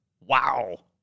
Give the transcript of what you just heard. Wow